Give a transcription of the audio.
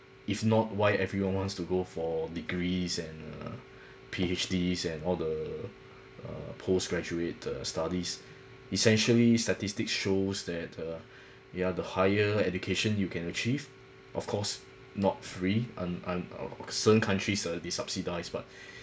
if not why everyone wants to go for degrees and uh P_H_Ds and all the uh postgraduate uh studies essentially statistics shows that uh yeah the higher education you can achieve of course not free un~ un~ on certain countries they'll subsidise but